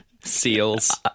seals